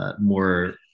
more